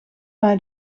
mij